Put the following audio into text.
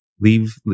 leave